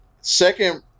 second